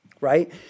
right